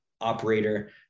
operator